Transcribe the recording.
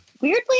Weirdly